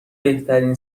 بهترین